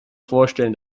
vorstellen